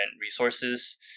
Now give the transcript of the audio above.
resources